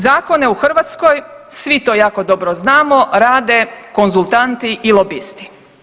Zakone u Hrvatskoj svi to jako dobro znamo rade konzultanti i lobisti.